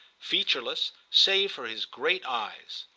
featureless save for his great eyes.